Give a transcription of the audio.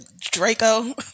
Draco